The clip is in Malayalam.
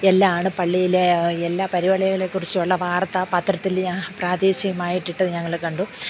എല്ലാമാണ് പള്ളിയിലെ എല്ലാ പരിപാടികളെക്കുറിച്ചുള്ള വാർത്ത പാത്രത്തിൽ പ്രാദേശികമായിട്ട് ഞങ്ങൾ കണ്ടു